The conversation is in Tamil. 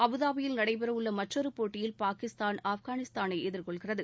அபுதாபியில் நடைபெறவுள்ள மற்றொரு போட்டியில் பாகிஸ்தான் ஆப்கானிஸ்தானை எதிர்கொள்கிறது